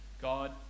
God